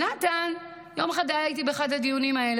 נתן היה איתי יום אחד בדיונים האלה,